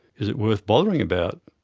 is it worth bothering about?